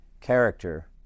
character